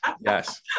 Yes